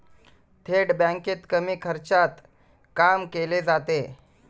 थेट बँकेत कमी खर्चात काम केले जाते